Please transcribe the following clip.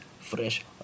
fresh